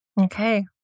Okay